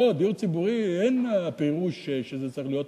לא, הדיור הציבורי אין הפירוש שזה צריך להיות